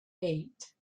eight